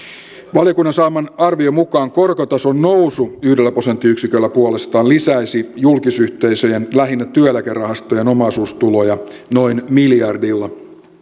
valiokunnan saaman arvion mukaan korkotason nousu yhdellä prosenttiyksiköllä puolestaan lisäisi julkisyhteisöjen lähinnä työeläkerahastojen omaisuustuloja noin miljardilla